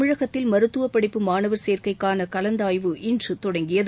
தமிழகத்தில் மருத்துவ படிப்பு மாணவர் சேர்க்கைக்காள கலந்தாய்வு இன்று தொடங்கியது